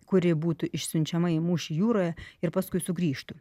kuri būtų išsiunčiama į mūšį jūroje ir paskui sugrįžtų